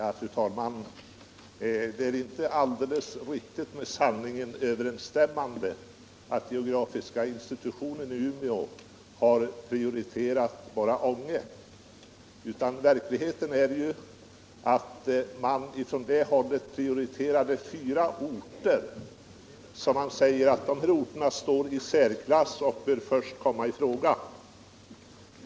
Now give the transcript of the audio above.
Fru talman! Det är inte alldeles med sanningen överensstämmande att geografiska institutionen i Umeå bara har prioriterat Ånge, utan verkliga förhållandet är att institutionen prioriterade fyra orter, som man sade stå i särklass och först böra komma i fråga.